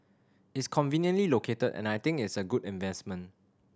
it's conveniently located and I think it's a good investment